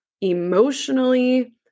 emotionally